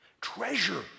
treasure